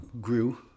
grew